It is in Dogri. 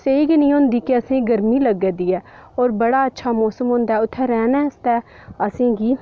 स्हेई गै निं होंदी की असेंई गर्मी लग्गा दी ऐ ते बड़ा अच्छा मौसम होंदा उत्थै रैहने आस्तै असेंगी